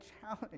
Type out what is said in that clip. challenge